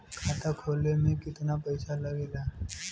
खाता खोले में कितना पईसा लगेला?